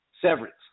severance